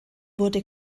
wurde